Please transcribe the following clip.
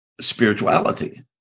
spirituality